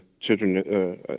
children